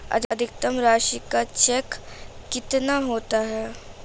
अधिकतम राशि का चेक कितना होता है?